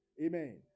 Amen